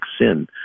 sin